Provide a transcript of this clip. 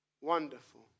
wonderful